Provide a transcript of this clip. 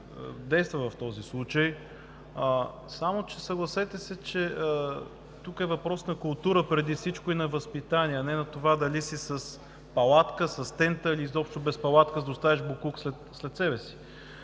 действа в този случай. Само че съгласете се, че тук е въпрос на култура преди всичко и на възпитание, а не с това дали си с палатка, с тента, или изобщо без палатка, за да оставиш боклук след себе си.